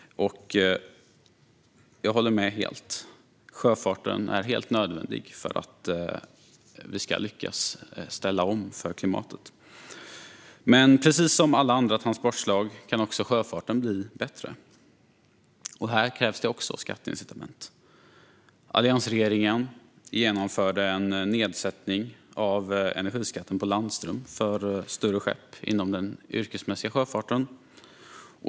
Jag håller med helt och hållet: Sjöfarten är helt nödvändig för att vi ska lyckas ställa om för klimatets skull. Men precis som alla andra transportslag kan också sjöfarten bli bättre, och även här krävs skatteincitament. Alliansregeringen genomförde en nedsättning av energiskatten på landström för större skepp inom den yrkesmässiga sjöfarten.